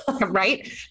Right